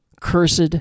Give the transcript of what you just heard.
cursed